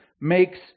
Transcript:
makes